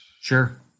Sure